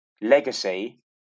legacy